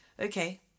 okay